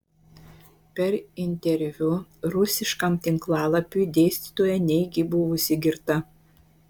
per interviu rusiškam tinklalapiui dėstytoja neigė buvusi girta